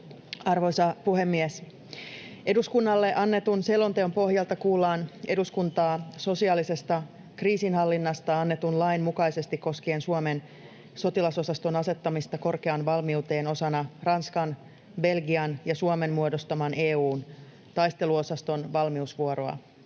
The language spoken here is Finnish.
Arvoisa puhemies! Eduskunnalle annetun selonteon pohjalta kuullaan eduskuntaa sotilaallisesta kriisinhallinnasta annetun lain mukaisesti koskien Suomen sotilasosaston asettamista korkeaan valmiuteen osana Ranskan, Belgian ja Suomen muodostaman EU:n taisteluosaston valmiusvuoroa.